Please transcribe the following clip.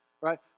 Right